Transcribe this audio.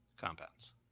compounds